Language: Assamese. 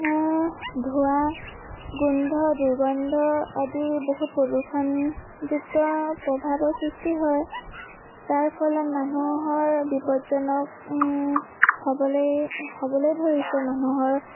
ধোৱাঁ গোন্ধ দুৰ্গন্ধ আদি বহুত প্ৰদূষণযুক্ত প্ৰভাৱৰ সৃষ্টি হয় তাৰ ফলত মানুহৰ বিপদজনক হ'বলৈ হ'বলৈ ধৰিছে মানুহৰ